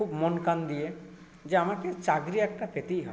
খুব মন কান দিয়ে যে আমাকে চাকরি একটা পেতেই হবে